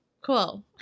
Cool